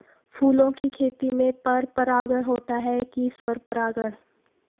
फूलों की खेती में पर परागण होता है कि स्वपरागण?